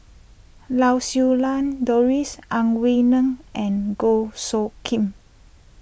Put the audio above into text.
Lau Siew Lang Doris Ang Wei Neng and Goh Soo Khim